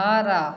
ଘର